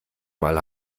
mal